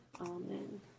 amen